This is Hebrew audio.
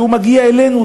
כשהוא מגיע אלינו,